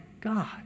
God